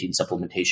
supplementation